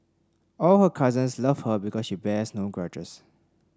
all her cousins love her because she bears no grudges